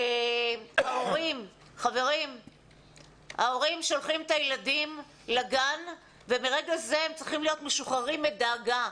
ההורים שולחים את הילדים לגן ומרגע זה הם צריכים להיות משוחררים מדאגה.